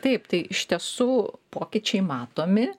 taip tai iš tiesų pokyčiai matomi